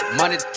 money